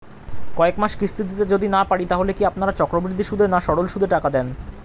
কয়েক মাস কিস্তি দিতে যদি না পারি তাহলে কি আপনারা চক্রবৃদ্ধি সুদে না সরল সুদে টাকা দেন?